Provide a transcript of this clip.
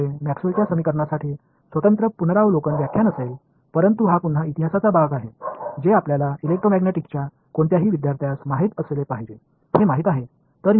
எனவே மேக்ஸ்வெல்லின் சமன்பாடுகளுக்கு ஒரு தனி மறுஆய்வு பாடம் செய்வோம் ஆனால் இது மீண்டும் வரலாற்றின் ஒரு பகுதியாகும் எனவே எலெக்ட்ரோமேக்னெட்டிக்ஸ் எல்லா மாணவர்களும் தெரிந்து கொள்ள வேண்டியது என்று உங்களுக்குத் தெரியும்